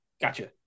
gotcha